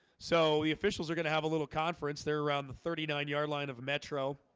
so the officials are gonna have a little conference there around the thirty nine yard line of metro